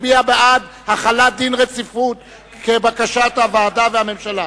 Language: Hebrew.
מצביע בעד החלת דין רציפות כבקשת הוועדה והממשלה.